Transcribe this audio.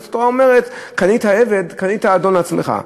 אז התורה אומרת, קנית עבד, קנית אדון לעצמך.